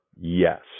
yes